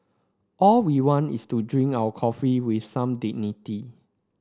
all we want is to drink our coffee with some dignity